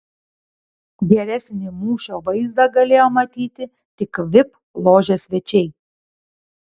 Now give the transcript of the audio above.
geresnį mūšio vaizdą galėjo matyti tik vip ložės svečiai